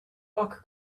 rock